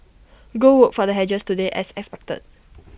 gold worked for the hedgers today as expected